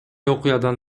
окуядан